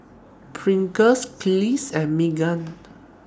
Pringles Kiehl's and Megan